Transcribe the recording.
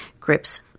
grips